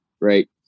right